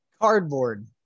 Cardboard